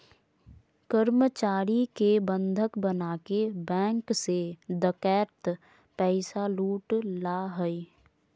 कर्मचारी के बंधक बनाके बैंक से डकैत पैसा लूट ला हइ